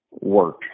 work